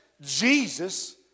Jesus